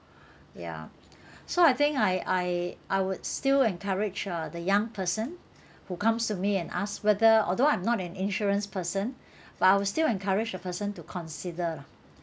ya so I think I I I would still encourage lah the young person who comes to me and ask whether although I'm not an insurance person but I will still encourage the person to consider lah